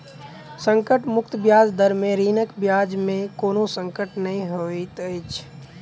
संकट मुक्त ब्याज दर में ऋणक ब्याज में कोनो संकट नै होइत अछि